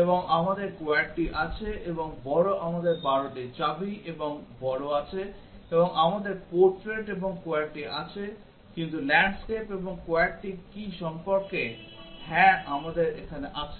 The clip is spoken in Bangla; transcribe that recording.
এবং আমাদের QWERTY আছে এবং বড় আমাদের 12 টি চাবি এবং বড় আছে এবং আমাদের পোর্ট্রেট এবং QWERTY আছে কিন্তু ল্যান্ডস্কেপ এবং QWERTY কি সম্পর্কে হ্যাঁ আমাদের এখানে আছে